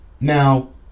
Now